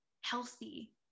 healthy